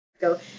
go